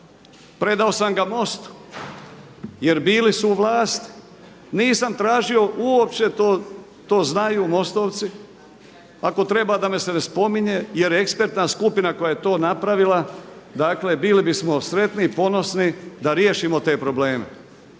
predao sam ga MOST-u jer bili su u vlasti. Nisam tražio uopće to, to znaju MOST-ovci ako treba da me se ne spominje jer je ekspertna skupina koja je to napravila, dakle bili bismo sretni i ponosni da riješimo te probleme